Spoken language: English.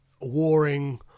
warring